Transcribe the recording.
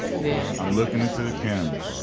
yeah. i'm looking into the camera,